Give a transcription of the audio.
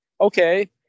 okay